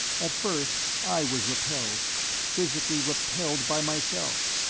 at first i was repelled physically repelled by myself,